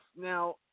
Now